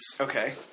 Okay